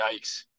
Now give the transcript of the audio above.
Yikes